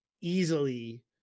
easily